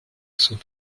sont